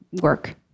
work